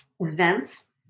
events